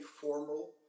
formal